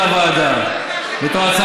זה לוועדה במקום,